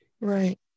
Right